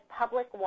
public